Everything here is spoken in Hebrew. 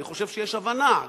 אני חושב שיש הבנה.